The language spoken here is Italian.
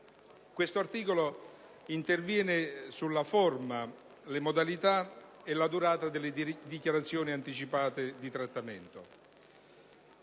Tale articolo interviene sulla forma, le modalità e la durata delle dichiarazioni anticipate di trattamento.